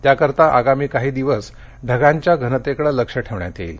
त्याकरता आगामी काही दिवस ढगांच्या घनतेकडे लक्ष ठेवण्यात येईल